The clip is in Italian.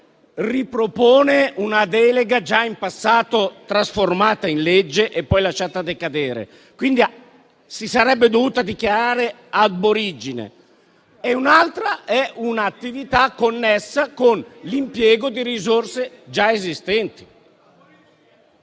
ripropone una delega già in passato trasformata in legge e poi lasciata decadere. Quindi, si sarebbe dovuta dichiarare *ab origine.* Un'altra è un'attività connessa con l'impiego di risorse già esistenti.